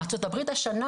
ארצות הברית השנה,